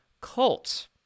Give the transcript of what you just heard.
cult